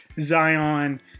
Zion